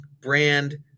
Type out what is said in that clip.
brand